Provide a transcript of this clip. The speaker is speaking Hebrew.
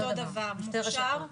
והמוכש"ר?